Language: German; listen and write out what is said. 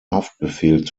haftbefehl